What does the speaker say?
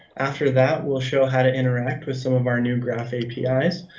after that, we'll show how to interact with some of our new graph apis.